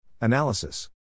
Analysis